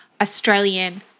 Australian